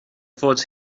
fod